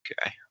Okay